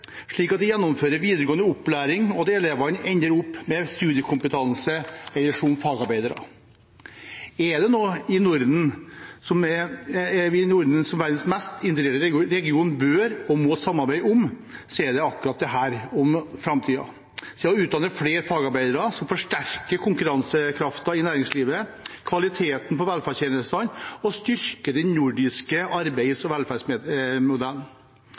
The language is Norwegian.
slik at de gjennomfører videregående opplæring, og at elevene ender opp med studiekompetanse eller som fagarbeidere? Er det noe vi i Norden, som verdens mest integrerte region, bør og må samarbeide om i framtiden, er det akkurat dette: å utdanne flere fagarbeidere som forsterker konkurransekraften i næringslivet og kvaliteten på velferdstjenestene og styrker den nordiske arbeids- og velferdsmodellen.